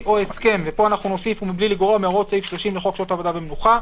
ואנחנו ממליצים לחזור לנוסח יותר מרוכך,